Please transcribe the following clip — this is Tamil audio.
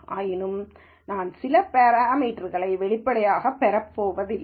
ஆயினும்கூட நான் சில பெராமீட்டர்க்களை வெளிப்படையாகப் பெறப்போவதில்லை